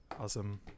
Awesome